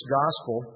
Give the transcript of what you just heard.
gospel